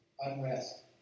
unrest